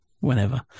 Whenever